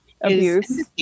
abuse